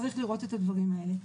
צריך לראות את הדברים האלה.